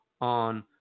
on